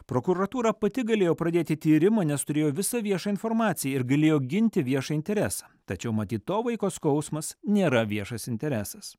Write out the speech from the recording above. prokuratūra pati galėjo pradėti tyrimą nes turėjo visą viešą informaciją ir galėjo ginti viešą interesą tačiau matyt to vaiko skausmas nėra viešas interesas